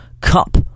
Cup